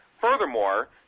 Furthermore